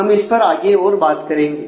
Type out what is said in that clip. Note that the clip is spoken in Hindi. हम इस पर आगे और बात करेंगे